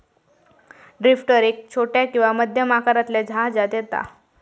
drifter एक छोट्या किंवा मध्यम आकारातल्या जहाजांत येता